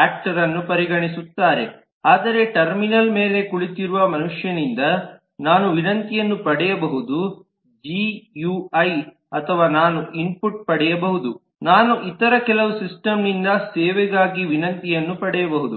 actor ಅನ್ನು ಪರಿಗಣಿಸುತ್ತಾರೆ ಆದರೆ ಟರ್ಮಿನಲ್ ಮೇಲೆ ಕುಳಿತಿರುವ ಮನುಷ್ಯನಿಂದ ನಾನು ವಿನಂತಿಯನ್ನು ಪಡೆಯಬಹುದು ಜಿಯುಐ ಅಥವಾ ನಾನು ಇನ್ಪುಟ್ ಪಡೆಯಬಹುದು ನಾನು ಇತರ ಕೆಲವು ಸಿಸ್ಟಮ್ನಿಂದ ಸೇವೆಗಾಗಿ ವಿನಂತಿಯನ್ನು ಪಡೆಯಬಹುದು